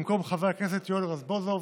במקום חבר הכנסת יואל רזבוזוב